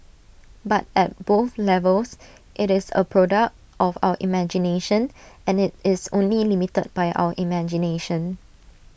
but at both levels IT is A product of our imagination and IT is only limited by our imagination